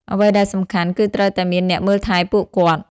អ្វីដែលសំខាន់ គឺត្រូវតែមានអ្នកមើលថែពួកគាត់។